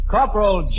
Corporal